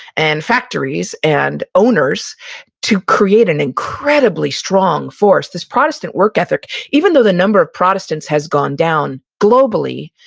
and factories, and owners to create an incredibly strong force. this protestant work ethic, even though the number of protestants has gone down globally,